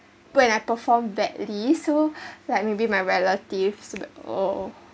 when I performed badly so like maybe my relatives or